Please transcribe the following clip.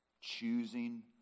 choosing